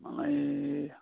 मलाई